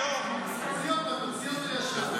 תוציא אותו, תוציא אותו ישר.